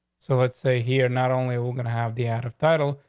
so let's say here not only we're gonna have the out of title,